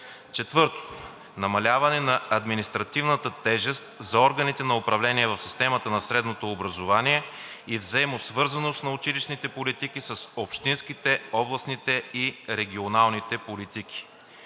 Четвърто, намаляване на административната тежест за органите на управление в системата на средното образование и взаимосвързаност на училищните политики с общинските, областните и регионалните политики.